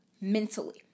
mentally